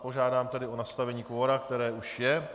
Požádám tedy o nastavení kvora, které už je.